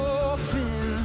orphan